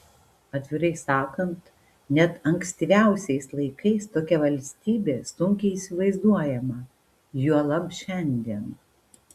atvirai sakant net ankstyviausiais laikais tokia valstybė sunkiai įsivaizduojama juolab šiandien